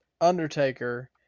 Undertaker